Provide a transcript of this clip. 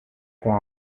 com